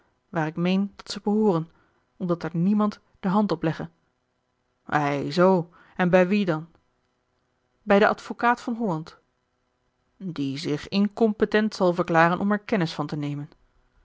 waar ik meen dat ze behooren opdat er niemand de hand op legge ei zoo en bij wie dan bij den advocaat van holland die zich incompetent zal verklaren om er kennis van te nemen